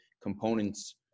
components